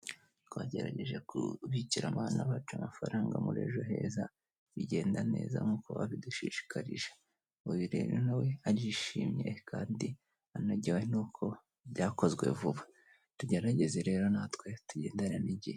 Twagerageje kubikira abana bacu amafaranga muri ejo heza bigenda neza nkuko babidushishikarije, uyu rero nawe arishimye kandi anogewe n'uko byakozwe vuba tugerageze rero natwe tugendane n'igihe.